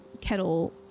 Kettle